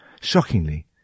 Shockingly